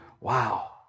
Wow